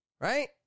Right